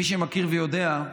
מי שמכיר ויודע,